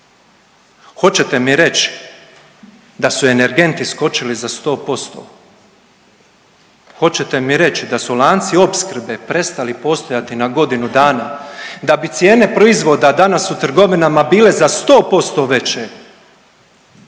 Hoćete mi reći da su energenti skočili za 100%? Hoćete mi reći da su lanci opskrbe prestali postojati na godinu dana da bi cijene proizvoda danas u trgovinama bile za 100% veće?